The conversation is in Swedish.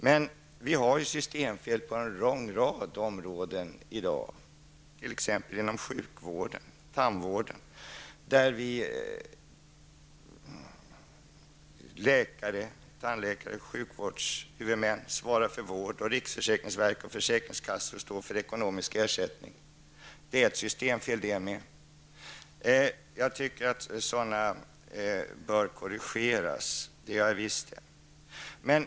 Men det finns i dag systemfel på en lång rad områden, t.ex. inom sjukvården och tandvården där läkare, tandläkare och sjukvårdshuvudmän svarar för vård och riksförsäkringsverket och försäkringskassorna står för ekonomisk ersättning. Det innebär också ett systemfel. Jag tycker att sådana skall korrigeras.